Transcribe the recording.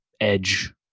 edge